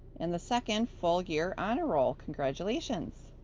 and the second full year honor roll. congratulations.